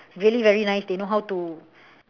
really very nice they know how to